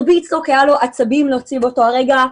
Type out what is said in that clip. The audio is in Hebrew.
הרביץ לו כי היו לו עצבים להוציא באותו הרגע,